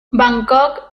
bangkok